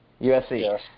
USC